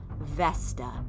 Vesta